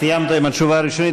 סיימת עם התשובה הראשונית.